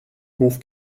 hof